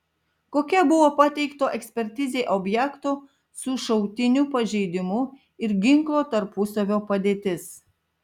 kokia buvo pateikto ekspertizei objekto su šautiniu pažeidimu ir ginklo tarpusavio padėtis